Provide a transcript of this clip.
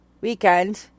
weekend